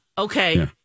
Okay